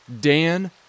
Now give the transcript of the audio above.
Dan